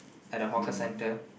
at the hawker centre